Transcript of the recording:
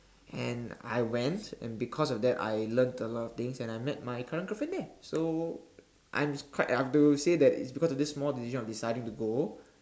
and I went and because of that I learnt a lot of things and I met my current girlfriend there so I'm quite I'm to say it's because of this small decision of deciding to go